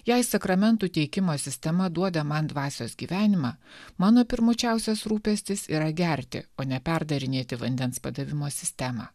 jei sakramentų teikimo sistema duoda man dvasios gyvenimą mano pirmučiausias rūpestis yra gerti o ne perdarinėti vandens padavimo sistemą